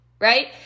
right